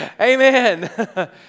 Amen